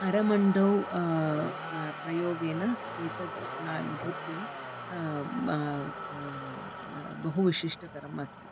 अरमन्डौ प्रयोगेन एतत् नृत्यं बहुविशिष्टकरम् अस्ति